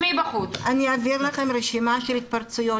אני אעביר לכם רשימה של התפרצויות